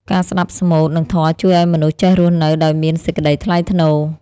ការស្ដាប់ស្មូត និងធម៌ជួយឱ្យមនុស្សចេះរស់នៅដោយមានសេចក្ដីថ្លៃថ្នូរ។